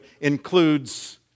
includes